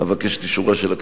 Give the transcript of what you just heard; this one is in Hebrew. אבקש את אישורה של